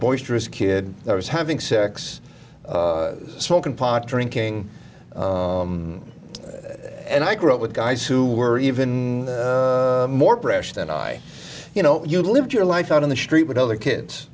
boisterous kid i was having sex smoking pot drinking and i grew up with guys who were even more pressure than i you know you lived your life out on the street with other kids